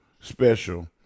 special